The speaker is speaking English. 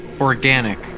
organic